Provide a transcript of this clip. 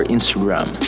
Instagram